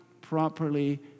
properly